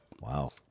Wow